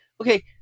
okay